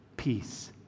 peace